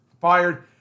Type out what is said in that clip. Fired